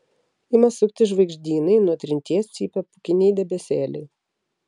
ima suktis žvaigždynai nuo trinties cypia pūkiniai debesėliai